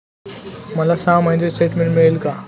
मला सहा महिन्यांचे स्टेटमेंट मिळेल का?